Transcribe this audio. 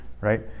right